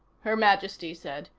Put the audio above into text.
her majesty said.